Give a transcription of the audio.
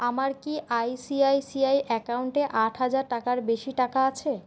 আমার কি I C I C I অ্যাকাউন্টে আট হাজার টাকার বেশি টাকা আছে